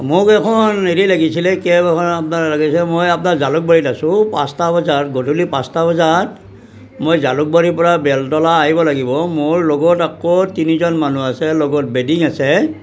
মোক এখন হেৰি লাগিছিলে এই কেব এখন আপোনাৰ লাগিছিলে মই আপোনাৰ জালুকবাৰীত আছোঁ পাঁচটা বজাত গধূলি পাঁচটা বজাত মই জালুকবাৰীৰ পৰা বেলতলা আহিব লাগিব মোৰ লগত আকৌ তিনিজন মানুহ আছে লগত বেডিং আছে